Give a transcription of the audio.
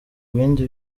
bindi